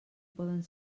poden